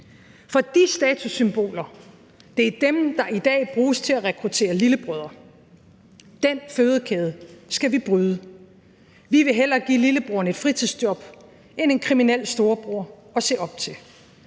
For de statussymboler er dem, der i dag bruges til at rekruttere lillebrødre. Den fødekæde skal vi bryde. Vi vil hellere give lillebroren et fritidsjob end en kriminel storebror at se op til.